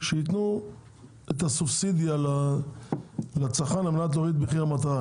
שיתנו את הסובסידיה לצרכן על מנת להוריד את מחיר המטרה.